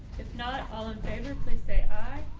if not all in favor, please say aye.